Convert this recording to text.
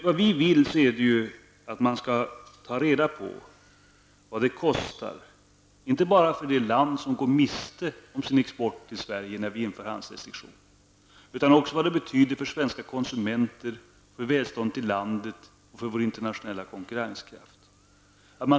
Vad vi vill är att man skall utveckla metoder för att beräkna inte bara vad ett införande av handelsrestriktioner kostar för det land som därigenom går miste om sin export till Sverige, utan också vad detta betyder för svenska konsumenter, för välståndet i landet och för vår internationella konkurrenskraft.